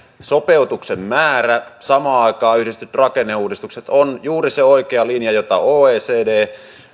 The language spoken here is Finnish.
sopeutuksen määrä ja samaan aikaan siihen yhdistetyt rakenneuudistukset on juuri se oikea linja jota oecd